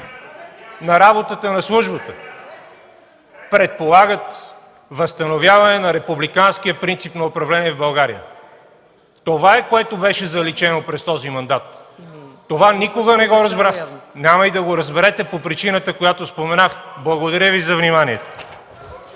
за работата на службата предполагат възстановяване на републиканския принцип на управление в България. Това е, което беше заличено през този мандат. Това никога не го разбрахте, няма и да го разберете по причината, която споменах. Благодаря Ви за вниманието.